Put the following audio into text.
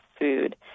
food